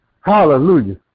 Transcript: Hallelujah